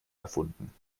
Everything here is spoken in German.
erfunden